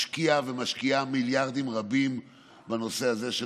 השקיעה ומשקיעה מיליארדים רבים בנושא הזה של